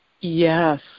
Yes